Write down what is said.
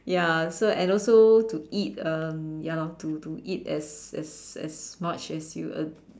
ya so and also to eat um ya lor to to eat as as as much as you as